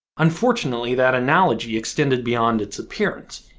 unfortunately, that analogy extended beyond its appearance.